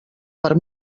per